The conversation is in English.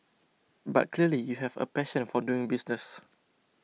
but clearly you have a passion for doing business